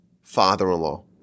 father-in-law